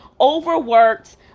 overworked